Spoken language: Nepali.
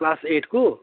क्लास एटको